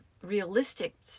realistic